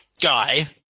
guy